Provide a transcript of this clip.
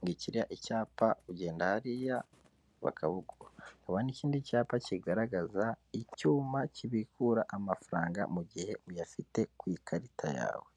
ngikiriya icyapa ugenda hariya, bakabugu urabona ikindi cyapa kigaragaza icyuma kibikura amafaranga mugihe uyafite ku ikarita yawe.